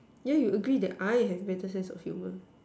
yeah you agree that I have better sense of humour